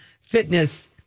fitness